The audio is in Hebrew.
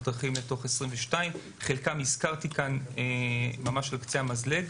הדרכים לתוך 2022. את חלקם הזכרתי כאן על קצה המזלג,